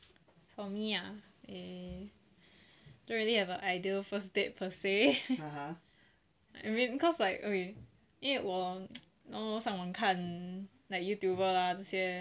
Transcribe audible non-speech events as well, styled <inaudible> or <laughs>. for me ah eh don't really have a ideal first date per say <laughs> I mean cause like okay 因为我上网看 like youtuber 啊这些